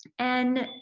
and,